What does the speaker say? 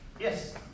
Yes